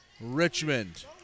Richmond